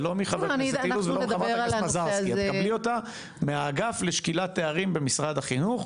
את תקבלי אותה מהאגף לשקילת תארים במשרד החינוך.